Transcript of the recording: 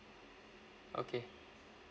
okay